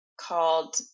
called